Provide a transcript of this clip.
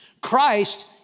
Christ